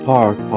Park